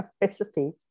recipe